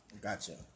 Gotcha